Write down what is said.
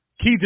Key